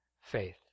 faith